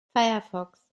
firefox